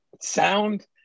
sound